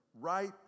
right